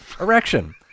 Erection